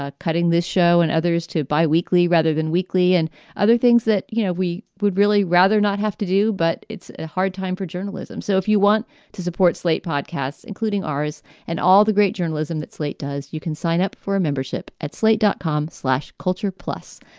ah cutting this show and others to biweekly rather than weekly and other things that, you know, we would really rather not have to do. but it's a hard time for journalism. so if you want to support slate podcasts, including ours and all the great journalism that slate does, you can sign up for a membership at slate dot com slash culture. plus,